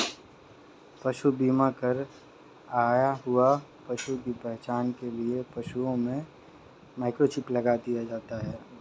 पशु बीमा कर आए हुए पशु की पहचान के लिए पशुओं में माइक्रोचिप लगा दिया जाता है